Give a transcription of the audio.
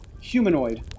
humanoid